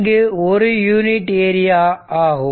இங்கு 1 unit area ஆகும்